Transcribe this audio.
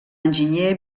enginyer